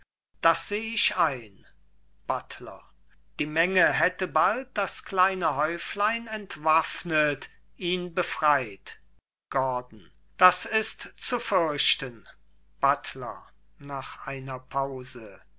das seh ich ein buttler die menge hätte bald das kleine häuflein entwaffnet ihn befreit gordon das ist zu fürchten buttler nach einer pause